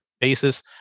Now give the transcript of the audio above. basis